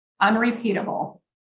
Unrepeatable